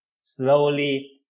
slowly